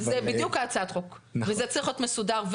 זה בדיוק הצעת החוק וזה צריך להיות מסודר.